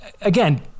again